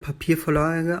papiervorlage